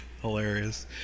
Hilarious